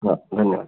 हा धन्यवाद